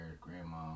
Grandma